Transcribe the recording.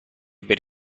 per